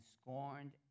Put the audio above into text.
scorned